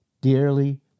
dearly